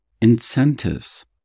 incentives